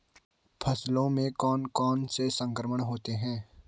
फसलों में कौन कौन से संक्रमण होते हैं?